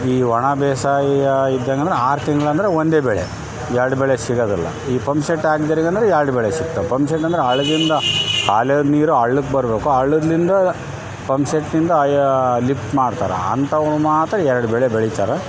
ಈ ಒಣ ಬೇಸಾಯ ಇದ್ದಂಗೆ ಅಂದ್ರೆ ಆರು ತಿಂಗ್ಳು ಅಂದರೆ ಒಂದೇ ಬೆಳೆ ಎರಡು ಬೆಳೆ ಸಿಗೋದಿಲ್ಲ ಈ ಪಂಪ್ಸೆಟ್ ಹಾಕ್ದೋರಿಗ್ ಅಂದರೆ ಎರಡು ಬೆಳೆ ಸಿಗ್ತವೆ ಪಂಪ್ಸೆಟ್ ಅಂದ್ರೆ ಹಳ್ದಿಂದ ಕಾಲೇದ ನೀರು ಹಳ್ಳಕ್ ಬರಬೇಕು ಹಳ್ಳದ್ಲಿಂದ ಪಂಪ್ಸೆಟ್ನಿಂದ ಅಯ ಲಿಪ್ಟ್ ಮಾಡ್ತರ ಅಂಥವು ಮಾತ್ರ ಎರಡು ಬೆಳೆ ಬೆಳಿತಾರ